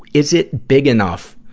is it big enough